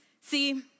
See